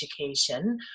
education